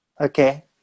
Okay